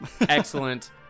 excellent